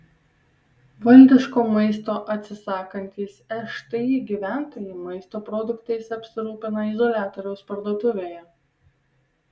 valdiško maisto atsisakantys šti gyventojai maisto produktais apsirūpina izoliatoriaus parduotuvėje